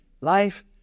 life